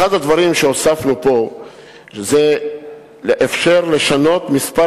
אחד הדברים שהוספנו פה הוא שאפשר לשנות את מספר